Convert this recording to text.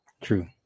True